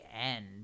end